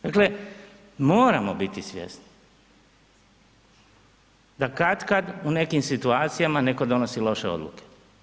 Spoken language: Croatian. Dakle, moramo biti svjesni da kat kad u nekim situacijama netko donosi loše odluke.